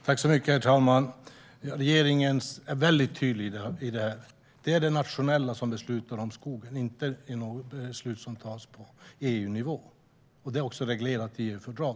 Herr talman! Regeringen är mycket tydlig i fråga om detta. Det ska beslutas på nationell nivå om skogen. Det är inte något beslut som ska tas på EU-nivå. Det är också reglerat i EU-fördrag.